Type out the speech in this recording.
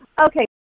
Okay